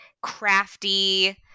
crafty